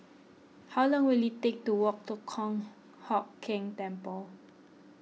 how long will it take to walk to Kong Hock Keng Temple